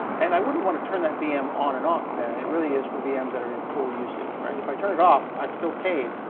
and i wouldn't want to turn that vm on and off then. it really is for vms that are in full usage. if i turn it off, i've still paid.